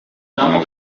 inka